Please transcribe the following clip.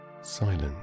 silence